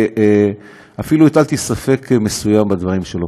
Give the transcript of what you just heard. אפילו הטלתי ספק מסוים בדברים שלו.